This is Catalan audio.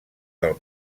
del